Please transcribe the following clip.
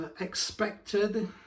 expected